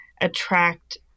attract